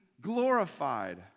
glorified